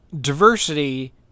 diversity